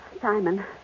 Simon